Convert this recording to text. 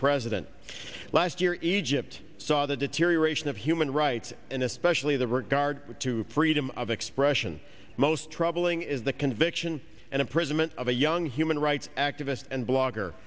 president last year in egypt saw the deterioration of human rights and especially the regard to freedom of expression most troubling is the conviction and imprisonment of a young human rights activist and blogger